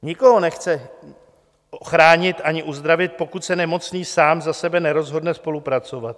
Nikoho nechce chránit ani uzdravit, pokud se nemocný sám za sebe nerozhodne spolupracovat.